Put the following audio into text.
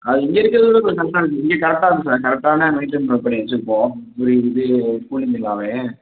அது இங்கே இருக்கிறத விட கொஞ்சம் கரெக்டாக இருக்கணும் இங்கே கரெக்டாக இருக்கும் சார் கரெக்டாக தான் மெயின்டைன் பண் பண்ணி வைச்சுருப்போம் கூலிங் இது கூலிங் எல்லாமே